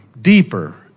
deeper